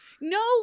No